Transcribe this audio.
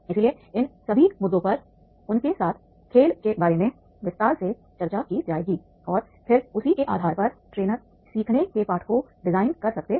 इसलिए इन सभी मुद्दों पर उनके साथ खेल के बारे में विस्तार से चर्चा की जाएगी और फिर उसी के आधार पर ट्रेनर सीखने के पाठ को डिजाइन कर सकते हैं